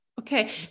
Okay